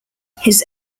his